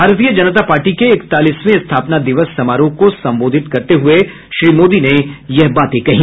भारतीय जनता पार्टी के इकतालीसवें स्थापना दिवस समारोह को संबोधित करते हुए श्री मोदी ने यह बात कही